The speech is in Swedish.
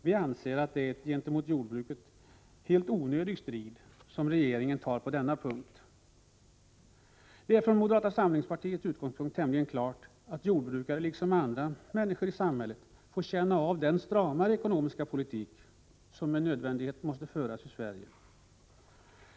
Vi anser att det är en gentemot jordbruket helt onödig strid som regeringen tar på denna punkt. Vi anser från moderata samlingspartiets utgångspunkt att det är tämligen självklart att jordbrukare liksom andra människor i samhället får känna av den stramare ekonomiska politik som med nödvändighet måste föras i Sverige.